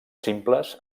simples